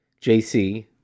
JC